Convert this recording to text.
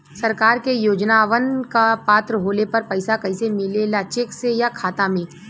सरकार के योजनावन क पात्र होले पर पैसा कइसे मिले ला चेक से या खाता मे?